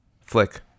flick